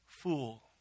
fool